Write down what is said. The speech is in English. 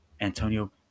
Antonio